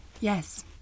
Yes